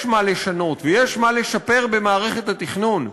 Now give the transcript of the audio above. יש מה לשנות ויש מה לשפר במערכת התכנון.